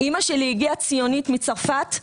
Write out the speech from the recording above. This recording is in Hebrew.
אימא שלי ציונית, הגיעה מצרפת.